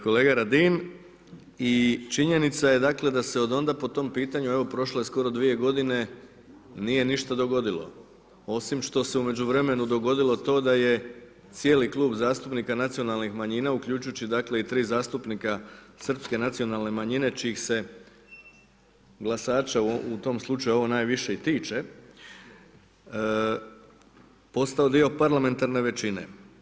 Kolega Radin i činjenica je dakle, da se onda po tom pitanju, evo prošlo je skoro 2 g. nije ništa dogodilo, osim da se u međuvremenu dogodilo to da je cijeli Klub zastupnika nacionalnih manjina, uključujući dakle i 3 zastupnika Srpske nacionalne manjine, čijih se glasača u tom slučaju najviše i tiče, postalo dio parlamentarne većine.